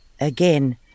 Again